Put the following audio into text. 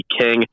King